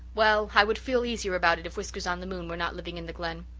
well, i would feel easier about it if whiskers-on-the-moon were not living in the glen.